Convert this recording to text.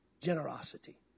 Generosity